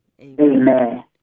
Amen